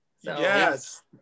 yes